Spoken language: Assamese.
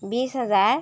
বিছ হাজাৰ